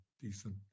decent